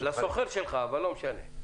לשוכר שלך, אבל לא משנה.